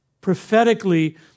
prophetically